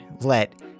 let